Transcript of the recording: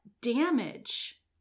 damage